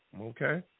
Okay